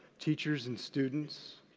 teachers and students,